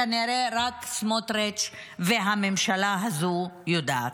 כנראה רק סמוטריץ' והממשלה הזו יודעים.